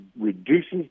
reduces